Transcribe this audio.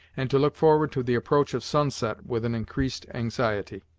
and to look forward to the approach of sunset with an increasing anxiety.